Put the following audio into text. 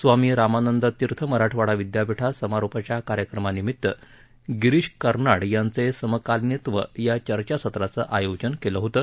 स्वामी रामानंद तीर्थ मराठवाडा विद्यापीठात समारोपाच्या कार्यक्रमानिमीत्त गिरीश कार्नाड यांचे समकालीनत्व या चर्चासत्राचं आयोजन केलं होतं